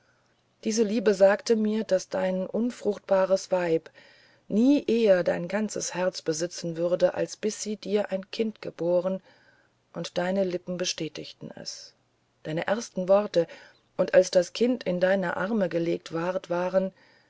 diese liebe verriet mir ein geheimnis welchesduvormirzuverbergensuchtest dieseliebesagtemir daßdein unfruchtbares weib nie eher dein ganzes herz besitzen würde als bis sie dir ein kind geboren unddeinelippenbestätigtenes deineerstenworte alsduvondeinerseereise zurückkamst und als das kind in deine arme gelegt ward waren